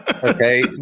Okay